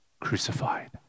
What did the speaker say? crucified